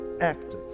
active